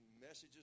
messages